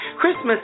Christmas